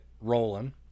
rolling